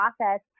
process